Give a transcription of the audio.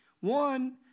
One